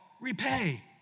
repay